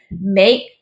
make